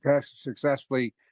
successfully